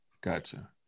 Gotcha